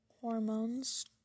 hormones